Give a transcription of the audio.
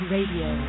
Radio